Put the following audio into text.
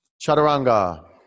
Chaturanga